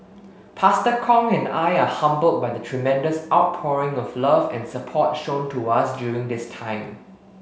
Pastor Kong and I are humbled by the tremendous outpouring of love and support shown to us during this time